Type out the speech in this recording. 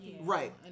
right